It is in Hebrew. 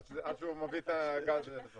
--- עד שהוא מביא את הגז.